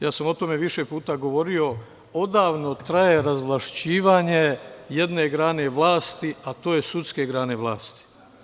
Ja sam o tome više puta govorio, odavno traje razvlašćivanje jedne grane vlasti, odnosno, sudske grane vlasti.